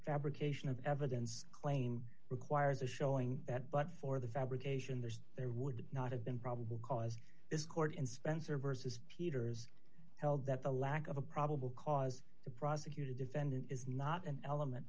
fabrication of evidence claim requires a showing that but for the fabrication there's there would not have been probable cause this court in spencer versus peter's held that the lack of a probable cause to prosecute a defendant is not an element